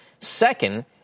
Second